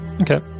Okay